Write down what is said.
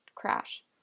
crash